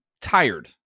tired